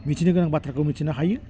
मिथिनो गोनां बाथ्राखौ मिथिनो हायो